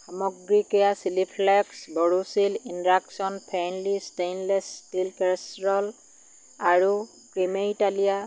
সামগ্ৰী কেয়া chilli flakes Borosil induction friendly stainless steel casserole আৰু ক্ৰিমেইটালিয়া